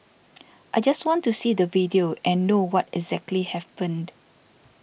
I just want to see the video and know what exactly happened